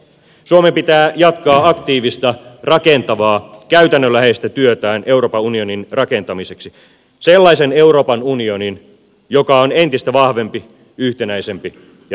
suomen pitää jatkaa aktiivista rakentavaa käytännönläheistä työtään euroopan unionin rakentamiseksi sellaisen euroopan unionin joka on entistä vahvempi yhtenäisempi ja reilumpi